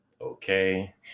Okay